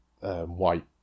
white